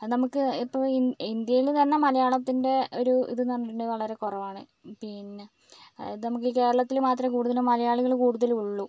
അത് നമുക്ക് ഇപ്പോൾ ഇൻ ഇന്ത്യയിലെ തന്നെ മലയാളത്തിന്റെ ഒരു ഇതെന്ന് പറഞ്ഞിട്ടുണ്ടെങ്കിൽ വളരെ കുറവാണ് പിന്നെ അതായത് നമുക്ക് ഈ കേരളത്തിൽ മാത്രമേ കൂടുതൽ മലയാളികൾ കൂടുതൽ ഉള്ളൂ